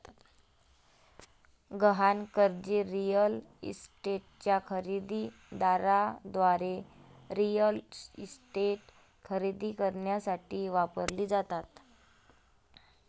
गहाण कर्जे रिअल इस्टेटच्या खरेदी दाराद्वारे रिअल इस्टेट खरेदी करण्यासाठी वापरली जातात